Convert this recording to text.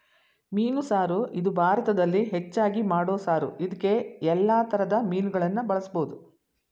ಮೀನು ಸಾರು ಇದು ಭಾರತದಲ್ಲಿ ಹೆಚ್ಚಾಗಿ ಮಾಡೋ ಸಾರು ಇದ್ಕೇ ಯಲ್ಲಾ ತರದ್ ಮೀನುಗಳನ್ನ ಬಳುಸ್ಬೋದು